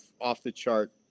off-the-chart